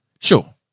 sure